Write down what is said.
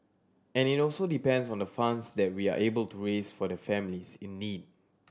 and it also depends on the funds that we are able to raise for the families in need